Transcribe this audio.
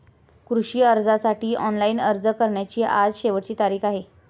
कृषी कर्जासाठी ऑनलाइन अर्ज करण्याची आज शेवटची तारीख आहे